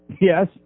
Yes